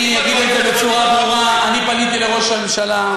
אני אגיד את זה בצורה ברורה: פניתי לראש הממשלה,